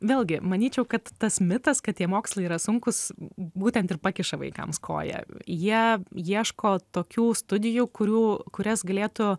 vėlgi manyčiau kad tas mitas kad tie mokslai yra sunkūs būtent ir pakiša vaikams koją jie ieško tokių studijų kurių kurias galėtų